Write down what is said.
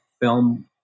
film